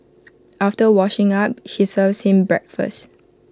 after washing up she serves him breakfast